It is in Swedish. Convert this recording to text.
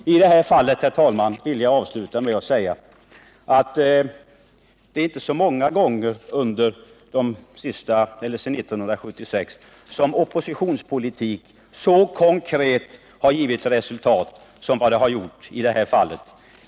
Herr talman! Jag vill avslutningsvis säga att det efter 1976 inte förekommit så många gånger att oppositionspolitik givit ett så konkret resultat som i det här fallet.